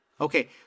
Okay